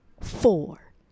four